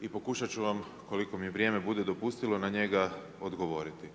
i pokušati ću vam koliko mi vrijeme bude dopustilo na njega odgovoriti.